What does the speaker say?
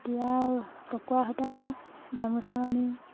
এতিয়া পকুৱা সূতা গামোচা আমি